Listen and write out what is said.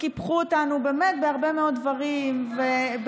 וקיפחו אותנו באמת בהרבה מאוד דברים ובדורסנות,